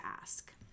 ask